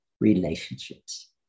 relationships